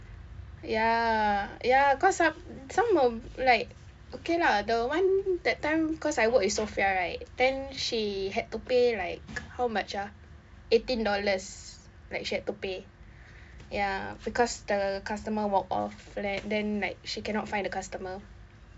ya ya cause some some of like okay lah the one that time cause I work with sophia right then she had to pay like how much ah eighteen dollars like she had to pay ya because the customer walk off then like she cannot find a customer